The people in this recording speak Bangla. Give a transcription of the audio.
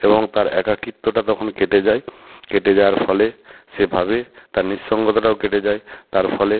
এবং তার একাকীত্বটা তখন কেটে যায় কেটে যাওয়ার ফলে সে ভাবে তার নিঃসঙ্গতাটাও কেটে যায় তার ফলে